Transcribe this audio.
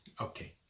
Okay